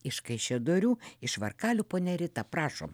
iš kaišiadorių iš varkalių ponia rita prašom